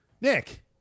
Nick